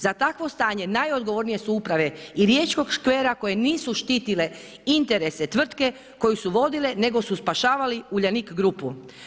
Za takvo stanje najodgovornije su uprave i riječkog škvera koje nisu štitile interese tvrtke koju su vodile nego su spašavali Uljanik grupu.